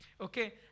Okay